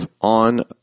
on